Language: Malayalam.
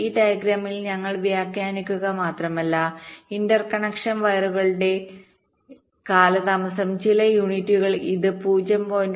ഈ ഡയഗ്രാമിൽ ഞങ്ങൾ വ്യാഖ്യാനിക്കുക മാത്രമല്ല ഇന്റർകണക്ഷൻ വയറുകളുടെകാലതാമസം ചില യൂണിറ്റുകളിൽ ഇത് 0